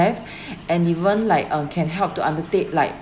have and even like uh can help to undertake like